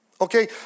Okay